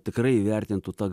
tikrai įvertintų tą